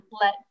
let